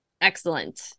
Excellent